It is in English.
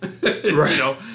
Right